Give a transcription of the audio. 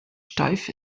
steif